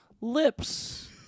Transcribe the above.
Lips